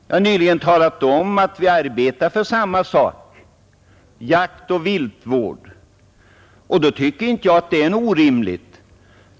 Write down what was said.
Jag har nyss talat om att vi arbetar för samma sak — jaktoch viltvård — och därför tycker jag inte att det är orimligt.